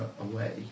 away